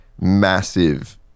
massive